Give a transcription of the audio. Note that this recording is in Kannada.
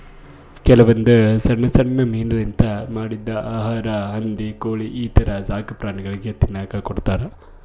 ಕೆಲವೊಂದ್ ಸಣ್ಣ್ ಸಣ್ಣ್ ಮೀನಾಲಿಂತ್ ಮಾಡಿದ್ದ್ ಆಹಾರಾ ಹಂದಿ ಕೋಳಿ ಈಥರ ಸಾಕುಪ್ರಾಣಿಗಳಿಗ್ ತಿನ್ನಕ್ಕ್ ಕೊಡ್ತಾರಾ